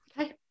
Okay